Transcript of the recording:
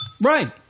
Right